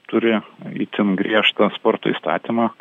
turi itin griežtą sporto įstatymą